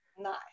nice